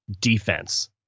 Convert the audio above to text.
defense